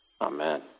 amen